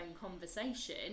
conversation